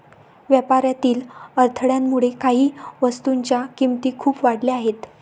व्यापारातील अडथळ्यामुळे काही वस्तूंच्या किमती खूप वाढल्या आहेत